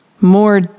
more